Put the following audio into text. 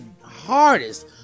hardest